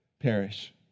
perish